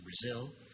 Brazil